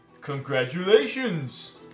congratulations